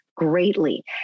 greatly